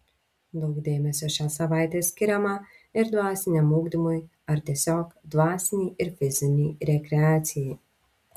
daug dėmesio šią savaitę skiriama ir dvasiniam ugdymui ar tiesiog dvasinei ir fizinei rekreacijai